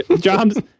Jobs